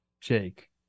Jake